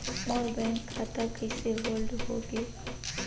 मोर bank खाता कइसे hold होगे?